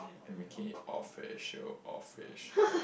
and became official official